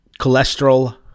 cholesterol